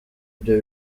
ibyo